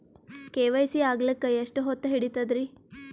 KYC ಆಗಲಕ್ಕ ಎಷ್ಟ ಹೊತ್ತ ಹಿಡತದ್ರಿ?